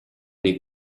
dei